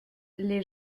les